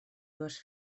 dues